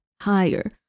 higher